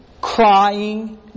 crying